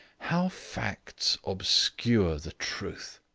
how facts obscure the truth.